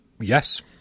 Yes